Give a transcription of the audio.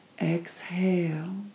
Exhale